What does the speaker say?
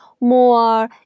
more